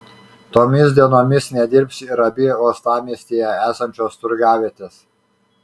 tomis dienomis nedirbs ir abi uostamiestyje esančios turgavietės